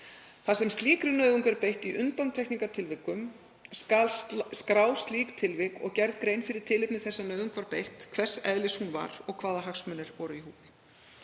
Þar sem slíkri nauðung er beitt í undantekningartilvikum skal skrá slík tilvik og gera grein fyrir tilefni þess að nauðung var beitt, hvers eðlis hún var og hvaða hagsmunir voru í húfi.